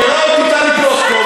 אתגרה אותי טלי פלוסקוב,